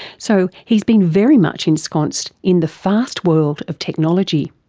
so he's been very much ensconced in the fast world of technology.